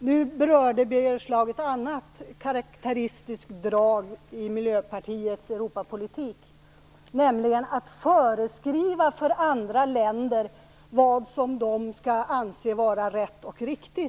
Fru talman! Nu berörde Birger Schlaug ett annat karakteristiskt drag i Miljöpartiets Europapolitik, nämligen att föreskriva för andra länder vad de skall anse vara rätt och riktigt.